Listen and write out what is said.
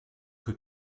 que